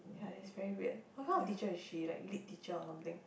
ya it's very weird how come a teacher is she like lead teacher or something